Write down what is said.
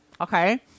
Okay